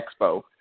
Expo